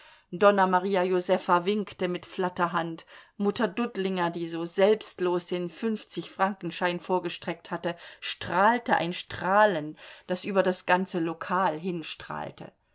donna maria josefa winkte mit flatterhand mutter dudlinger die so selbstlos den fünfzigfrankenschein vorgestreckt hatte strahlte ein strahlen das über das ganze lokal